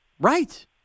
Right